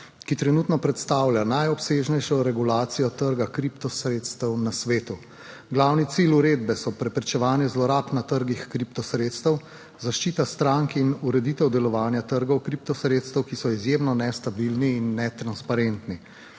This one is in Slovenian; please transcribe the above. ki trenutno predstavlja najobsežnejšo regulacijo trga kriptosredstev na svetu. Glavni cilji uredbe so preprečevanje zlorab na trgih kriptosredstev, zaščita strank in ureditev delovanja trgov kripto sredstev, ki so izjemno nestabilni in netransparentni.